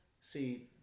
See